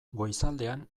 goizaldean